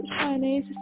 Chinese